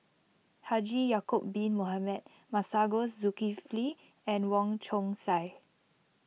Haji Ya'Acob Bin Mohamed Masagos Zulkifli and Wong Chong Sai